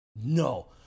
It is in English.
No